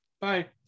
Bye